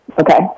Okay